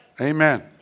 amen